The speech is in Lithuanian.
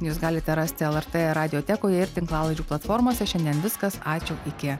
jūs galite rasti lrt radiotekoje ir tinklalaidžių platformose šiandien viskas ačiū iki